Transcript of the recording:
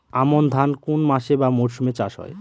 আমন ধান কোন মাসে বা মরশুমে চাষ হয়?